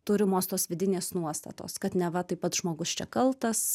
turimos tos vidinės nuostatos kad neva tai pats žmogus čia kaltas